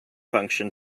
function